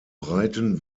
breiten